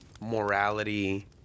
morality